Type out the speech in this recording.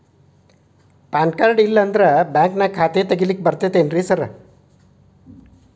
PAN card ಇಲ್ಲಂದ್ರ ಬ್ಯಾಂಕಿನ್ಯಾಗ ಖಾತೆ ತೆಗೆಲಿಕ್ಕಿ ಬರ್ತಾದೇನ್ರಿ ಸಾರ್?